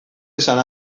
esan